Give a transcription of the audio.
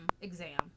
exam